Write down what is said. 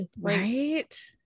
right